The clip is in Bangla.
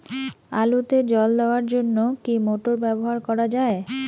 আলুতে জল দেওয়ার জন্য কি মোটর ব্যবহার করা যায়?